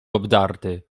obdarty